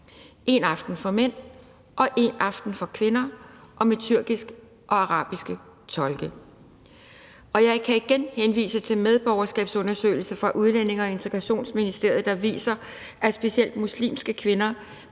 en aften for mænd, en aften for kvinder – og med tolkning til tyrkisk og arabisk. Og jeg kan igen henvise til medborgerskabsundersøgelsen fra Udlændinge- og Integrationsministeriet, der viser, at specielt muslimske kvinder